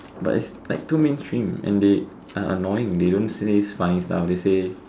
but is like too mainstream and they are annoying they don't say funny stuff they say